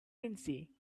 vinci